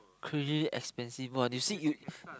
crazily expensive one you see you